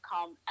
come